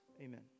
Amen